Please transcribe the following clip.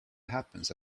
happens